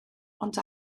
ond